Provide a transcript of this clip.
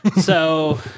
So-